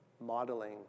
modeling